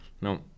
No